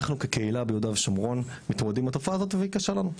אנחנו כקהילה ביהודה ושומרון מתמודדים התופעה הזאת והיא קשה לנו,